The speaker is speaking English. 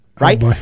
Right